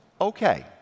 Okay